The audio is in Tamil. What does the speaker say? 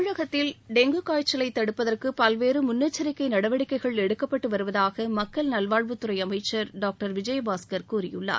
தமிழகத்தில் டெங்கு காய்ச்சலை தடுப்பதற்கு பல்வேறு முன்னெச்சரிக்கை நடவடிக்கைகள் எடுக்கப்பட்டு வருவதாக மக்கள் நல்வாழ்வுத்துறை அமைச்சர் டாக்டர் விஜயபாஸ்கர் கூறியுள்ளார்